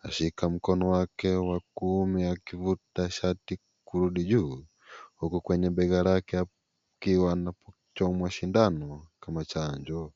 anashika mkono wake wakuume akivuta shati kurudi juu, huku kwenye bega lake akiwa anachomwa sindano kama chanjo.